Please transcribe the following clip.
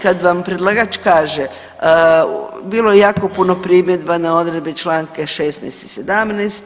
Kad vam predlagač kaže bilo je jako primjedbi na odredbe članka 16. i 17.